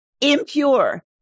impure